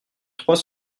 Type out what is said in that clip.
trois